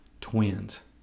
twins